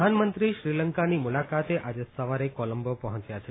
પ્રધાનમંત્રી શ્રીલંકાની મુલાકાતે આજે સવારે કોલંબો પહોંચ્યા હતા